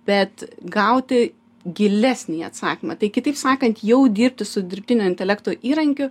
bet gauti gilesnį atsakymą tai kitaip sakant jau dirbti su dirbtinio intelekto įrankiu